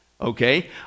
Okay